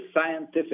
scientific